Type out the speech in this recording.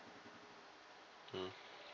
mm